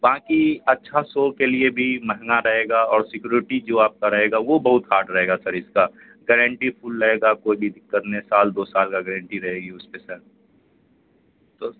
باقی اچھا سو کے لیے بھی مہنگا رہے گا اور سیکروٹی جو آپ کا رہے گا وہ بہت ہارڈ رہے گا سر اس کا گارنٹی فل رہے گا کوئی بھی دقت نہیں سال دو سال کا گارنٹی رہے گی اس پہ سر تو